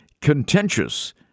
contentious